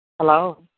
Hello